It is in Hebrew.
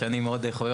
שאני מאוד חובב